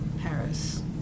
Paris